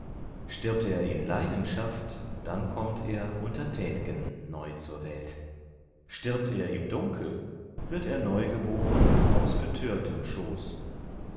stirbt er in leidenschaft dann kommt er unter tät'gen neu zur welt stirbt er im dunkel wird er neu geboren aus betörtem schoß